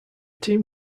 team